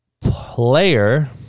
player